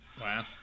Wow